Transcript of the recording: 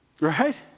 Right